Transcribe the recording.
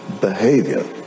behavior